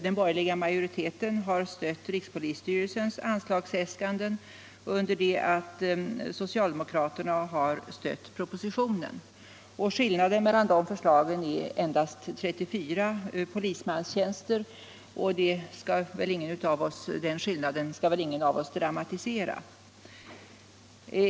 Den borgerliga majoriteten har stött rikspolisstyrelsens anslagsäskanden under det att socialdemokraterna har stött propositionen. Skillnaden mellan de förslagen är endast 34 polismanstjänster, och den skillnaden skall väl ingen av oss dramatisera.